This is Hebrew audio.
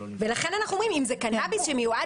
לכן אנחנו אומרים שאם זה קנאביס שמיועד